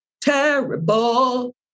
terrible